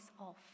off